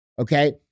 okay